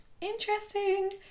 interesting